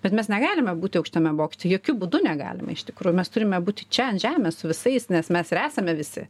bet mes negalime būti aukštame bokšte jokiu būdu negalime iš tikrų mes turime būti čia ant žemės su visais nes mes esame visi